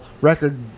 record